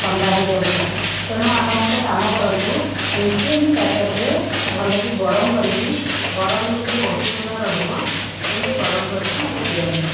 ଥଣ୍ଡା ହେଇଯାଉଛି ତେଣୁ ଆପଣ ଗୋଟେ କାମ କରନ୍ତୁ ଇନ୍ସୁଲୀନ ପ୍ୟାକେଟରେ ଭଲକି ଗରମ କରିକି ଗରମ ଯେମିତି ବହୁତ ସମୟ ରହିବ ସେମିତି ଗରମ କରିକି ମୋତେ ଦିଅନ୍ତୁ